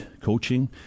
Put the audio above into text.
coaching